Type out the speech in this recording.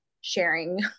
sharing